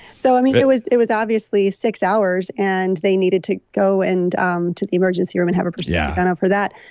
so, i mean, it was it was obviously six hours and they needed to go and um the emergency room and have a procedure yeah kind of for that.